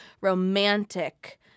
romantic